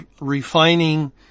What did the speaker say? refining